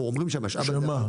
שמה?